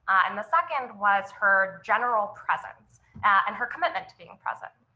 and the second was her general presence and her commitment to being present.